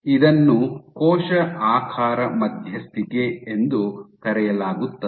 ಇದನ್ನು ಕೋಶ ಆಕಾರ ಮಧ್ಯಸ್ಥಿಕೆ ಎಂದು ಕರೆಯಲಾಗುತ್ತದೆ